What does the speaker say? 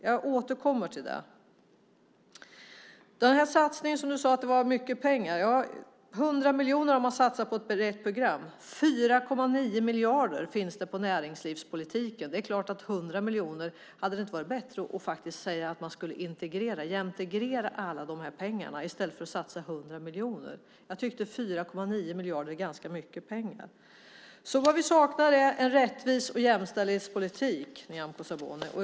Jag återkommer till den frågan. Ministern sade att det satsas mycket pengar. 100 miljoner har satsats på ett brett program. 4,9 miljarder finns för näringslivspolitiken. Hade det inte varit bättre att säga att man skulle integrera, jämtegrera, alla dessa pengar i stället för att satsa 100 miljoner? Jag tycker att 4,9 miljarder är mycket pengar. Vi saknar en rättvise och jämställdhetspolitik, Nyamko Sabuni.